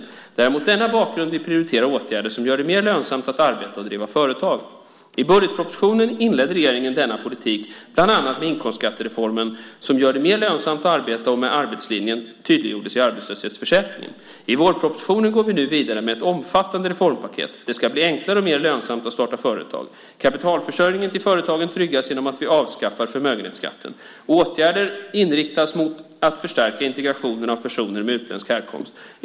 Det är mot denna bakgrund vi prioriterar åtgärder som gör det mer lönsamt att arbeta och driva företag. I budgetpropositionen inledde regeringen denna politik bland annat med inkomstskattereformen som gör det mer lönsamt att arbeta och med att arbetslinjen tydliggjordes i arbetslöshetsförsäkringen. I vårpropositionen går vi nu vidare med ett omfattande reformpaket. Det ska bli enklare och mer lönsamt att starta företag. Kapitalförsörjningen till företagen tryggas genom att vi avskaffar förmögenhetsskatten. Åtgärder inriktas mot att förstärka integrationen av personer med utländsk härkomst.